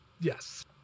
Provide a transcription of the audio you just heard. yes